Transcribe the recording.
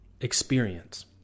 experience